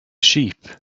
sheep